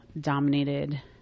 dominated